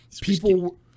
people